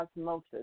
osmosis